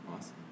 Awesome